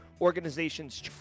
organizations